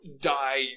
die